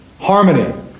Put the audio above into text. harmony